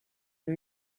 new